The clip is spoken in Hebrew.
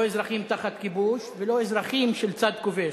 לא אזרחים תחת כיבוש ולא אזרחים של צד כובש,